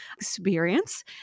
experience